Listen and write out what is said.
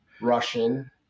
Russian